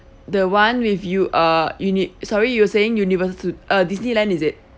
the [one] with u~ uh uni~ sorry you were saying univer~ stu~ uh disneyland is it